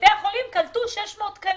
בתי החולים קלטו 600 תקנים.